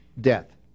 death